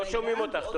לא שומעים אותך.